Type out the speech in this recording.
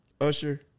Usher